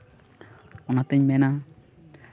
ᱚᱱᱟᱛᱤᱧ ᱢᱮᱱᱟ